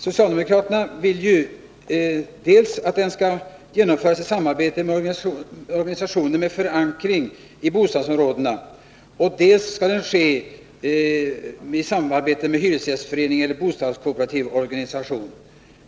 Socialdemokraterna vill ju att försöksverksamheten dels skall genomföras i samarbete med organisationer med förankring i bostadsområdet, dels ske i samarbete med hyresgästföreningar eller bostadskooperativa organisationer.